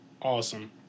Awesome